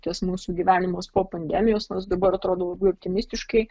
tas mūsų gyvenimas po pandemijos nors dabar atrodo labai optimistiškai